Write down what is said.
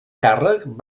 càrrec